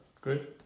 good